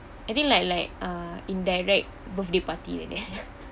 I think like like uh indirect birthday party like that